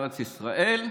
ארץ ישראל,